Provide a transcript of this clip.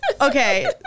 Okay